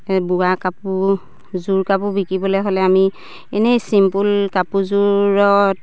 বোৱা কাপোৰযোৰ কাপোৰ বিকিবলে হ'লে আমি এনেই ছিম্পুল কাপোৰযোৰত